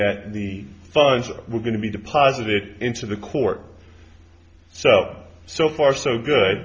that the funds were going to be deposited into the court so so far so good